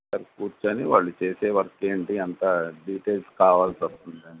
ఒకసారి కూర్చుని వాళ్ళు చేసే వర్క్ ఏంటి అంతా డీటేల్స్ కావాల్సొస్తుంది